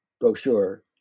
brochure